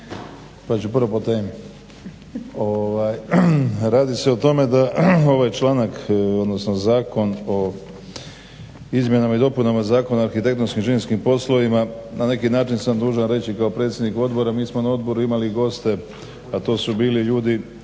pa ću prvo po temi. Radi se o tome da ovaj članak, odnosno Zakon o izmjenama i dopunama Zakona o arhitektonskim i inženjerskim poslovima, na neki način sam dužan reći kao predsjednik odbora, mi smo na odboru imali goste, a to su bili ljudi